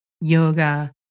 yoga